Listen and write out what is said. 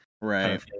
right